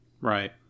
Right